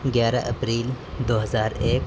گیارہ اپریل دو ہزار ایک